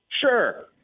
Sure